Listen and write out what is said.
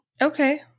Okay